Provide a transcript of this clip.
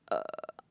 uh